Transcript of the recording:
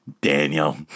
Daniel